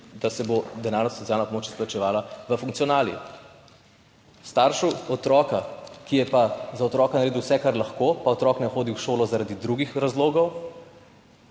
da se bo denarna socialna pomoč izplačevala v funkcionali. Staršev otroka, ki je pa za otroka naredil vse, kar lahko, pa otrok ne hodi v šolo zaradi drugih razlogov,